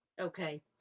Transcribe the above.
Okay